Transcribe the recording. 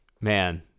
Man